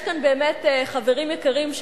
יש כאן באמת חברים יקרים,